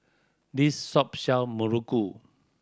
this shop sell muruku